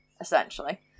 essentially